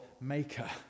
maker